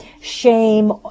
shame